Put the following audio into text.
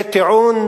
זה טיעון,